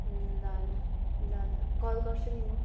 ल ल ल ल कल गर्छु नि म